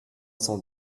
cent